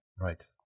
Right